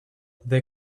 they